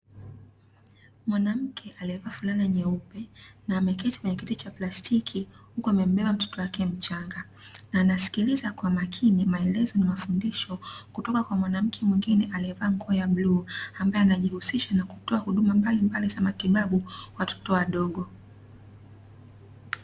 Mwanamke alievaa fulana nyeupe na ameketi kwenye kiti cha plastiki, uku amembeba mtoto wake mchanga na anasikiliza kwa makini maelezo na mafundisho kutoka kwa mwanamke mwingine aliyevaa nguo ya bluu, ambaye anajihusisha nakutoa huduma mbalimbali za matibabu kwa watoto wadogo.